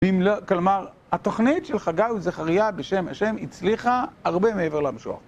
כלומר, התוכנית של חגי וזכריה בשם ה' הצליחה הרבה מעבר למשוער.